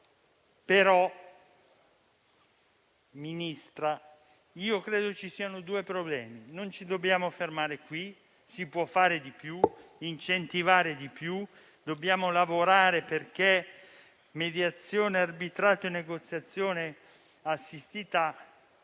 però, Ministra, che ci siano due problemi: non ci dobbiamo fermare qui, si può fare di più, incentivare di più, dobbiamo lavorare perché mediazione, arbitrato e negoziazione assistita